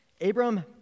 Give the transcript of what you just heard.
Abram